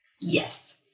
Yes